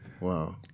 Wow